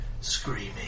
screaming